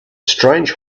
strange